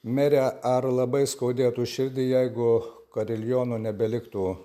mere ar labai skaudėtų širdį jeigu kariliono nebeliktų